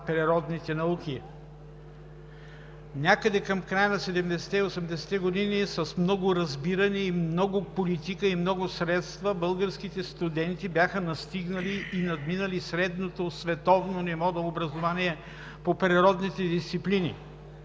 природните науки. Някъде към края на 70-те и 80-те години с много разбиране, много политика и много средства българските студенти бяха настигнали и надминали средното световно ниво на образование по природните дисциплини.